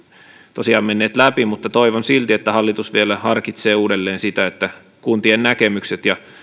tosiaan menneet läpi mutta toivon silti että hallitus vielä harkitsee uudelleen sitä että kuntien näkemykset ja